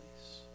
place